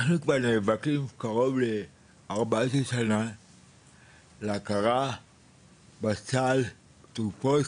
אנחנו נאבקים קרוב ל-14 שנה להכרה בטיפולי שיניים בסל התרופות.